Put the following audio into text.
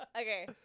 Okay